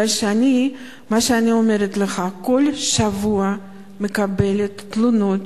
אני, כמו שאני אומרת לך, כל שבוע מקבלת תלונות